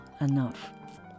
enough